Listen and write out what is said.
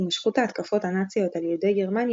הימשכות ההתקפות הנאציות על יהודי גרמניה